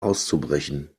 auszubrechen